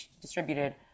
distributed